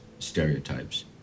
stereotypes